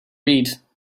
read